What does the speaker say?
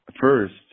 First